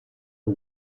the